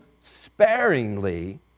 sparingly